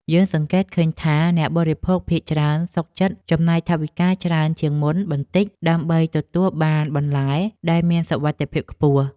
យើងសង្កេតឃើញថាអ្នកបរិភោគភាគច្រើនសុខចិត្តចំណាយថវិកាច្រើនជាងមុនបន្តិច ដើម្បីទទួលបានបន្លែដែលមានសុវត្ថិភាពខ្ពស់។